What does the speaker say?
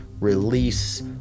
release